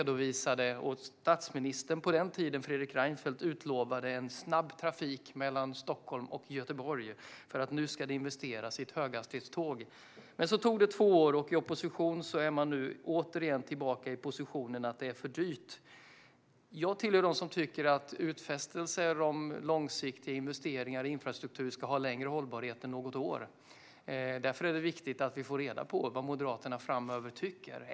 Dåvarande statsminister Fredrik Reinfeldt utlovade snabb trafik mellan Stockholm och Göteborg efter investeringar i höghastighetståg. Så gick det två år, och nu är man i opposition återigen tillbaka i positionen att det är för dyrt. Jag hör till dem som tycker att utfästelser om långsiktiga investeringar i infrastruktur ska ha längre hållbarhet än något år. Därför är det viktigt att vi får reda på vad Moderaterna framöver tycker.